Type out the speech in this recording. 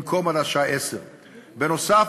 במקום עד לשעה 22:00. בנוסף,